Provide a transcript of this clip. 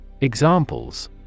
Examples